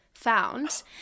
found